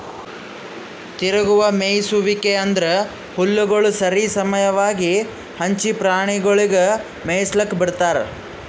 ತಿರುಗುವ ಮೇಯಿಸುವಿಕೆ ಅಂದುರ್ ಹುಲ್ಲುಗೊಳ್ ಸರಿ ಸಮವಾಗಿ ಹಂಚಿ ಪ್ರಾಣಿಗೊಳಿಗ್ ಮೇಯಿಸ್ಲುಕ್ ಬಿಡ್ತಾರ್